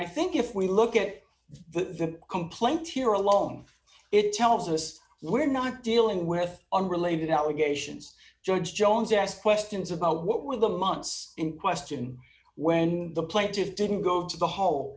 i think if we look at the complaint here alone it tells us we're not dealing with unrelated allegations judge jones asked questions about what were the months in question when the plaintiffs didn't go to the hole